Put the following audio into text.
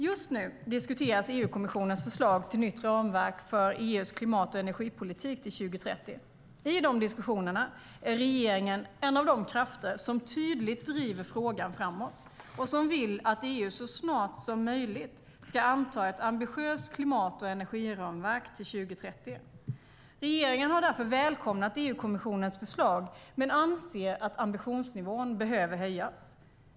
Just nu diskuteras EU-kommissionens förslag till nytt ramverk för EU:s klimat och energipolitik till 2030. I de diskussionerna är regeringen en av de krafter som tydligt driver frågan framåt och som vill att EU så snart som möjligt ska anta ett ambitiöst klimat och energiramverk till 2030. Regeringen har därför välkomnat EU-kommissionens förslag men anser att ambitionsnivån behöver höjas.